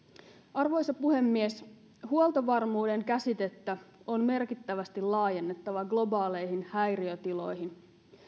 arvoisa puhemies huoltovarmuuden käsitettä on merkittävästi laajennettava globaaleihin häiriötiloihin